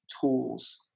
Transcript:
tools